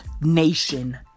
nation